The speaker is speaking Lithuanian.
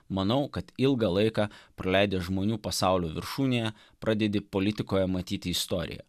manau kad ilgą laiką praleidęs žmonių pasaulio viršūnėje pradedi politikoje matyti istoriją